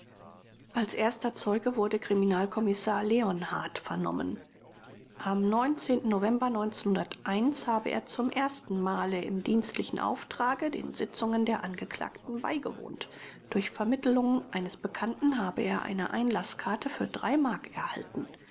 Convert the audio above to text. als erster zeuge wurde kriminalkommissar leonhardt vernommen am november habe er zum ersten male im dienstlichen auftrage den sitzungen der angeklagten beigewohnt durch vermittelung eines bekannten habe er eine einlaßkarte für drei mark erhalten